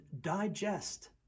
digest